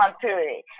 period